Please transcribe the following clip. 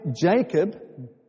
Jacob